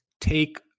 take